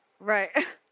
Right